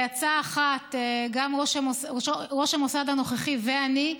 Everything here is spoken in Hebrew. בעצה אחת ראש המוסד הנוכחי ואני,